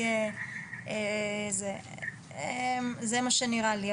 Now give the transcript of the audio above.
זה מה שנראה לי,